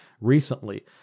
recently